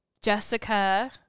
Jessica